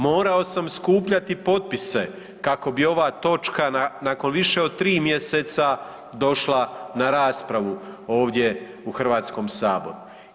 Morao sam skupljati potpise kako bi ova točka nakon više od tri mjeseca došla na raspravu ovdje u Hrvatskom saboru.